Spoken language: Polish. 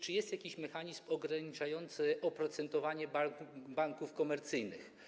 Czy jest jakiś mechanizm ograniczający oprocentowanie banków komercyjnych?